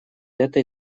этой